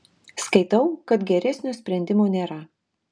skaitau kad geresnio sprendimo nėra